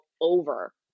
over